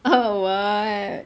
oh what